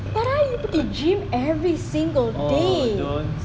hari-hari pergi gym every single day